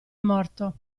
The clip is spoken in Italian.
morto